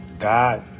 God